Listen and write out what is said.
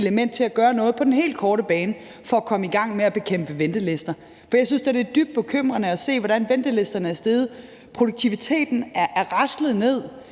til at gøre noget på den helt korte bane for at komme i gang med at bekæmpe ventelister. For jeg synes da, det er dybt bekymrende at se, hvordan ventelisterne er vokset. Produktiviteten er raslet ned.